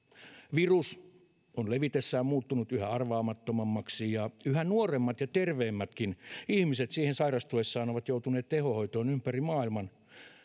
virus on levitessään muuttunut yhä arvaamattomammaksi ja yhä nuoremmat ja terveemmätkin ihmiset siihen sairastuessaan ovat joutuneet tehohoitoon ympäri maailman